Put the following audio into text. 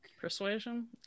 persuasion